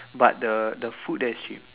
but the the food there is cheap